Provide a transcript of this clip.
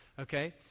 okay